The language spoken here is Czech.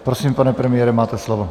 Prosím, pane premiére, máte slovo.